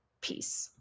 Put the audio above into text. Peace